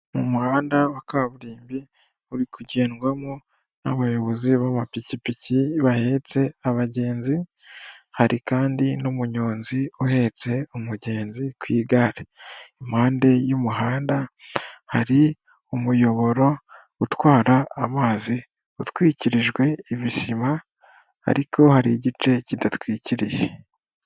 Mu muhanda wa kaburimbo uri kugendwamo n'abayobozi b'amapikipiki bahetse abagenzi, hari kandi n'umuyonzi uhetse umugenzi ku igare, impande y'umuhanda hari umuyoboro utwara amazi utwikirijwe ibisima ariko hari igice kidatwikiriye.